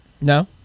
No